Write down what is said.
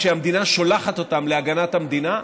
כשהמדינה שולחת אותם להגנת המדינה.